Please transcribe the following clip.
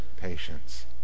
patience